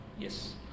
Yes